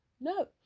No